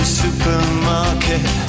supermarket